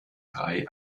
drei